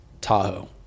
tahoe